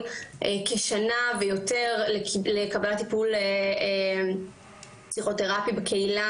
כשנה ויותר לקבלת טיפול פסיכותרפי בקהילה.